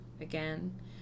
Again